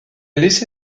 laissé